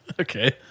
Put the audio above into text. Okay